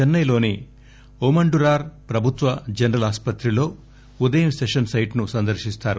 చెన్నెలోని ఓమండురార్ ప్రభుత్వ జనరల్ ఆస్పత్రిలో ఉదయం సెషన్ సైట్ ను సందర్శిస్తారు